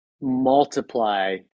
multiply